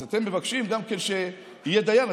אז אתם מבקשים גם שיהיה דיין.